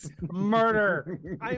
Murder